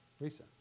Lisa